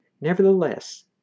Nevertheless